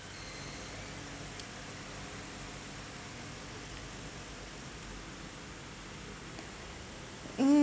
hmm